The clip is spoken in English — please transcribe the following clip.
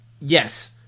yes